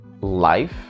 life